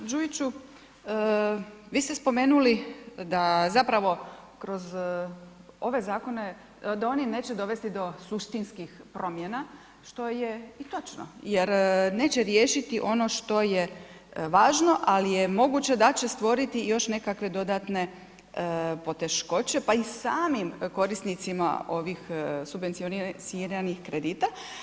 Kolega Đujiću, vi ste spomenuli da zapravo kroz ove zakone, da oni neće donijeti do suštinskih promjena, što je i točno jer neće riješiti ono što je važno, ali je moguće da će stvoriti još nekakve dodatne poteškoće, pa i samim korisnica ovih subvencioniranih kredita.